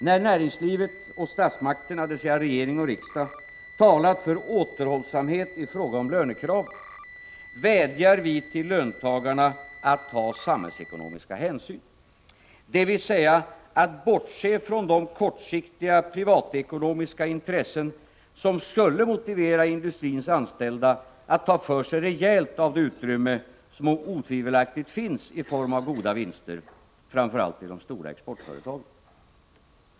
När näringslivet och statsmakterna — regering och riksdag — talat för återhållsamhet i fråga om lönekraven, vädjar vi till löntagarna att ta samhällsekonomiska hänsyn, dvs. att bortse från de kortsiktiga, privatekonomiska intressen som skulle motivera industrins anställda att ta för sig rejält av det utrymme som otvivelaktigt finns i form av goda vinster, framför allt i de stora exportföretagen.